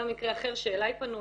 גם מקרה אחד שאליי פנו,